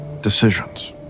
decisions